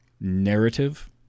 narrative